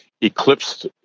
eclipsed